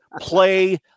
play